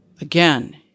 Again